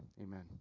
Amen